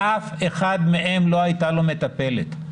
לאף אחד מהם לא הייתה מטפלת.